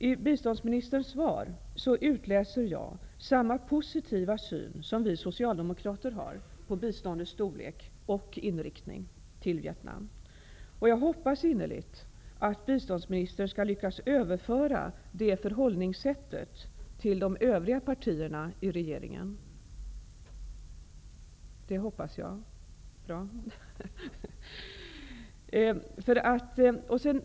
Av biståndsministerns svar utläser jag samma positiva syn som vi socialdemokrater har på biståndets storlek och inriktning beträffande Vietnam. Jag hoppas innerligt att biståndsministern skall lyckas överföra det förhållningssättet till de övriga partierna i regeringen. Det hoppas jag.